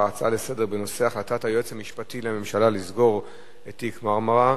ההצעה לסדר-היום בנושא החלטת היועץ המשפטי לממשלה לסגור את תיק "מרמרה"